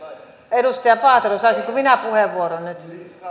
edustaja paatero saisinko minä puheenvuoron